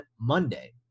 Monday